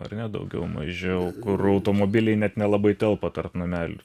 ar ne daugiau mažiau kur automobiliai net nelabai telpa tarp namelių